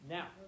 Now